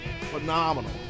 phenomenal